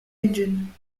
engine